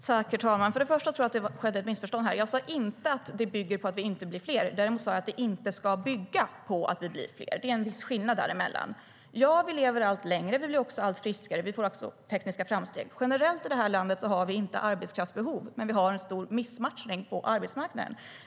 Herr talman! Jag tror att det blev ett missförstånd här. Jag sa inte att det bygger på att vi inte blir fler. Däremot sa jag att det inte ska bygga på att vi blir fler. Det är viss skillnad däremellan. Ja, vi lever allt längre. Vi blir också allt friskare, och vi gör tekniska framsteg. Generellt i det här landet har vi inte arbetskraftsbehov. Men vi har en stor missmatchning på arbetsmarknaden.